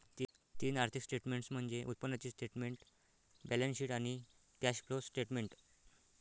तीन आर्थिक स्टेटमेंट्स म्हणजे उत्पन्नाचे स्टेटमेंट, बॅलन्सशीट आणि कॅश फ्लो स्टेटमेंट